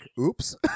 oops